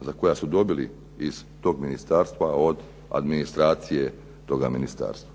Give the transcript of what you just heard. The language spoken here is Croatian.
za koja su dobili iz tog ministarstva od administracije toga ministarstva.